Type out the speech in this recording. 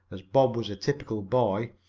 as bob was a typical boy,